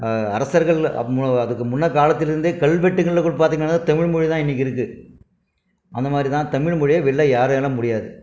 அரசர்கள் அதுக்கு முன்ன காலத்திலிருந்தே கல்வெட்டுகளில் பார்த்திங்கன்னா தமிழ் மொழிதான் இன்றைக்கு இருக்குது அந்த மாதிரிதான் தமிழ் மொழியை வெல்ல யாராலையும் முடியாது